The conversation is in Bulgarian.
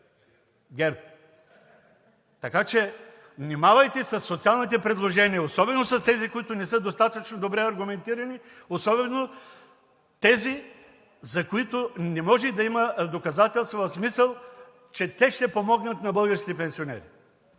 ГЕРБ. Така че внимавайте със социалните предложения, особено с тези, които не са достатъчно добре аргументирани, особено тези, за които не може да има доказателства в смисъл, че те ще помогнат на българските пенсионери.